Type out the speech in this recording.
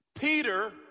Peter